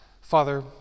Father